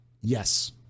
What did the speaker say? Yes